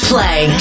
Play